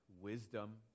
wisdom